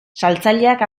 saltzaileak